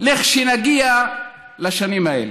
לכשנגיע לשנים האלה.